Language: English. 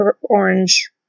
orange